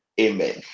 amen